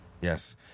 Yes